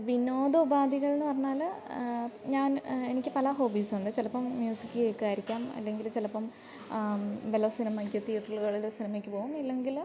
വിനോദ ഉപാദികൾ എന്ന് പറഞ്ഞാല് ഞാൻ എനിക്ക് പല ഹോബീസുണ്ട് ചിലപ്പം മ്യൂസിക് കേൾക്കുമായിരിക്കും അല്ലെങ്കില് ചിലപ്പം വല്ല സിനിമാ തീയേറ്ററുകളില് സിനിമക്ക് പോകും ഇല്ലെങ്കില്